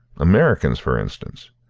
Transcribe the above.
americans, for instance?